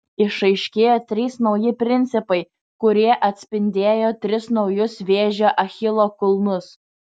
išaiškėjo trys nauji principai kurie atspindėjo tris naujus vėžio achilo kulnus